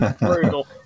Brutal